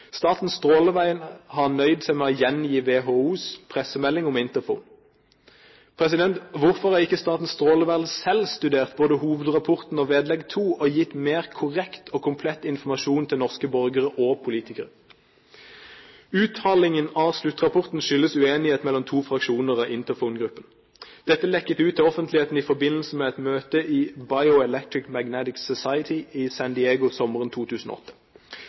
Statens strålevern har nøyd seg med å gjengi WHOs pressemelding om Interphone. Hvorfor har ikke Statens strålevern selv studert både hovedrapporten og vedlegg 2 og gitt mer korrekt og komplett informasjon til norske borgere og politikere? Uthalingen av sluttrapporten skyldes uenighet mellom to fraksjoner av Interphone-gruppen. Dette lekket ut til offentligheten i forbindelse med et møte i Bioelectromagnetics Society i San Diego sommeren 2008.